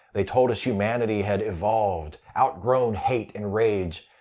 they told us humanity had evolved, outgrown hate and rage.